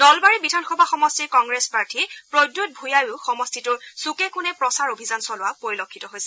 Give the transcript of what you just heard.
নলবাৰী বিধানসভা সমষ্টিৰ কংগ্ৰেছ প্ৰাৰ্থী প্ৰদ্যুৎ ভূঞাইও সমষ্টিটোৰ চুকে কোণে প্ৰচাৰ অভিযান চলোৱা পৰিলক্ষিত হৈছে